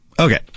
Okay